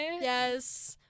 yes